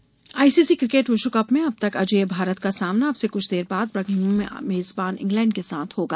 विश्वकप cricket ICC cricket विश्व cup में अब तक अजेय भारत का सामना अब से कुछ देर बाद बर्मिंघम में मेज़बान इंग्लैंड के साथ होगा